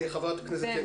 חברת הכנסת ינקלביץ'.